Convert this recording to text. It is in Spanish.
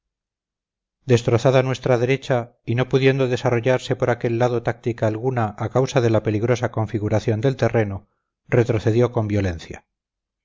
destrozada nuestra derecha y no pudiendo desarrollarse por aquel lado táctica alguna a causa de la peligrosa configuración del terreno retrocedió con violencia